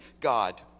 God